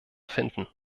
finden